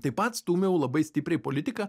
taip pat stūmiau labai stipriai politiką